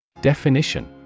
Definition